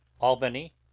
Albany